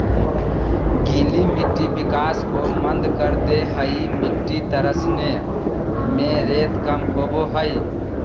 गीली मिट्टी विकास को मंद कर दे हइ मिटटी तरसने में रेत कम होबो हइ